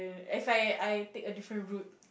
if I I take a different route